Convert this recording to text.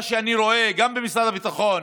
מה שאני רואה הוא שגם במשרד הביטחון